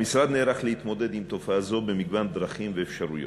המשרד נערך להתמודד עם תופעה זו במגוון דרכים ואפשרויות.